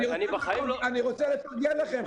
אני רוצה לפרגן לכם.